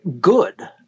good